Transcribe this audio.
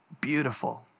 beautiful